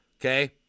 Okay